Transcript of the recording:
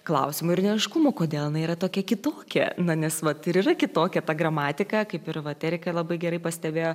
klausimų ir neaiškumų kodėl jinai yra tokia kitokia na nes vat ir yra kitokia ta gramatika kaip ir vat erika labai gerai pastebėjo